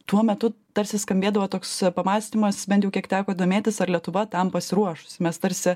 tuo metu tarsi skambėdavo toks pamąstymas bent jau kiek teko domėtis ar lietuva tam pasiruošusi mes tarsi